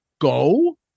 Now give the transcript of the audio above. go